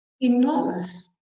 enormous